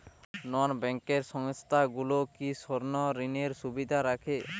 নন banking সংস্থাগুলো কি স্বর্ণঋণের সুবিধা রাখে?